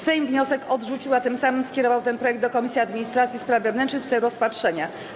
Sejm wniosek odrzucił, a tym samym skierował ten projekt do Komisji Administracji i Spraw Wewnętrznych w celu rozpatrzenia.